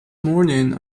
morning